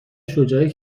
شجاعی